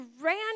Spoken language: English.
ran